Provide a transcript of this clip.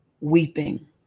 weeping